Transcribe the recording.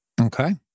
Okay